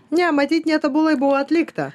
ne matyt netobulai buvo atlikta